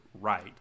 right